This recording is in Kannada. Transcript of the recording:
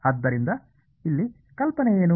ಆದ್ದರಿಂದ ಇಲ್ಲಿ ಕಲ್ಪನೆ ಏನು